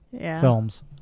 films